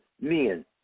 men